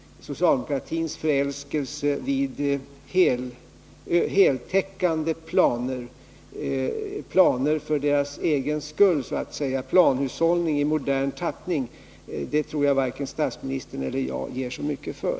Socialdemokratins förälskelse i heltäckande planer däremot — planer för deras egen skull, planhushållning i modern tappning — tror jag varken statsministern eller jag ger så mycket för.